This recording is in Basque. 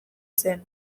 zen